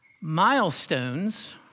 Milestones